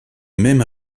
même